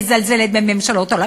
בניגוד לדעתה של ההסתדרות הרפואית,